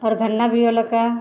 आओर घना भी होलक हँ